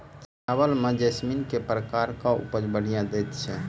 चावल म जैसमिन केँ प्रकार कऽ उपज बढ़िया दैय छै?